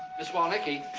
miss walnicki.